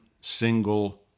single